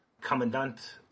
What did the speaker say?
commandant